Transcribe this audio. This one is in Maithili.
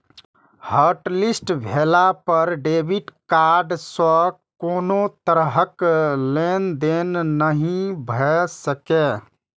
हॉटलिस्ट भेला पर डेबिट कार्ड सं कोनो तरहक लेनदेन नहि भए सकैए